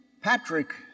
Patrick